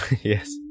yes